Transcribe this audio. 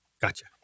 gotcha